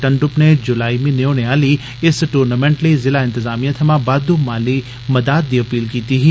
तुन्दुप नै जुलाई म्हीने होने आहली इस टूर्नामैंट लेई जिला इप्रजामिया थमा बाद्द् माली मदाद दी अपील कीती ही